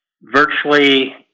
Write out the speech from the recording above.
virtually